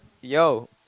yo